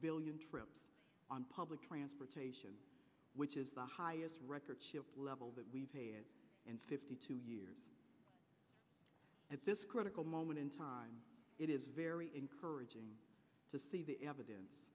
billion trip on public transportation which is the highest record level that we pay it and fifty two years at this critical moment in time it is very encouraging to see the evidence